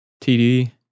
TD